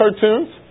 cartoons